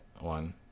one